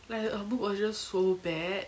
like her book was just so bad